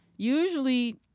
usually